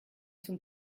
zum